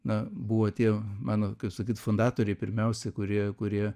na buvo tie mano kaip sakyt fundatoriai pirmiausi kurie kurie